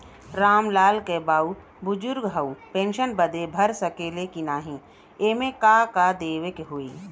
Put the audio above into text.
राम लाल के बाऊ बुजुर्ग ह ऊ पेंशन बदे भर सके ले की नाही एमे का का देवे के होई?